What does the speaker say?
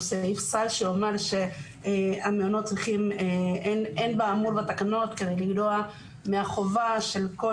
סעיף סל שאומר שאין באמור בתקנות כדי לגרוע מהחובה של כל